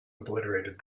obliterated